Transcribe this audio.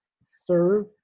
serve